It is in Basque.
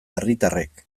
herritarrek